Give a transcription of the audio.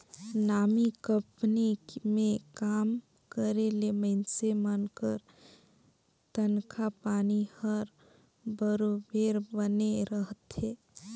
नामी कंपनी में काम करे ले मइनसे मन कर तनखा पानी हर बरोबेर बने रहथे